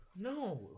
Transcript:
No